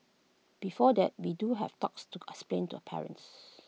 before that we do have talks to explain to parents